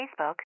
Facebook